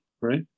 right